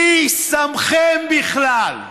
מי שמכם בכלל?